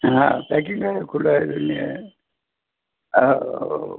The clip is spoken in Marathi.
हा पॅकिंग आहे खुलं आहे दोन्ही आहे हां हो